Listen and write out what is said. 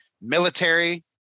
military